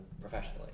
professionally